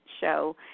show